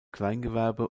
kleingewerbe